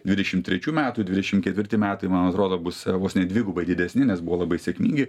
dvidešim trečių metų dvidešim ketvirti metai man atrodo bus vos ne dvigubai didesni nes buvo labai sėkmingi